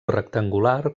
rectangular